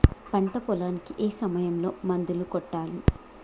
పంట పొలానికి ఏ సమయంలో మందులు కొట్టాలి?